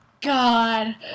god